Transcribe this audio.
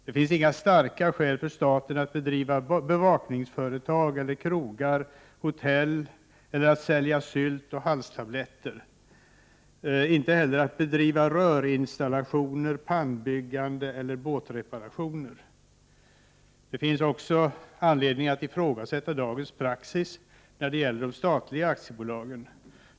Det finns inga starka skäl för staten att driva bevakningsföretag, krogar och hotell eller att sälja sylt och halstabletter, inte heller att bedriva rörinstallationer, pannbyggande eller båtreparationer. Det finns också anledning att ifrågasätta dagens praxis när det gäller de statliga aktiebolagen.